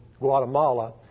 Guatemala